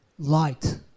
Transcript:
light